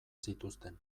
zituzten